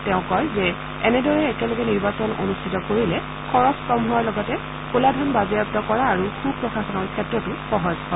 তেওঁ কয় যে এনেদৰে একেলগে নিৰ্বাচন অনুষ্ঠিত কৰিলে খৰছ কম হোৱাৰ লগতে কলাধন বাজেয়াপ্ত কৰা আৰু সুপ্ৰশাসনৰ ক্ষেত্ৰতো সহজ হয়